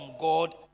God